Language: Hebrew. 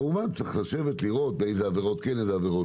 כמובן צריך לראות באילו עבירות כן ובאילו לא.